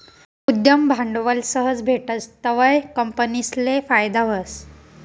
उद्यम भांडवल सहज भेटस तवंय कंपनीसले फायदा व्हस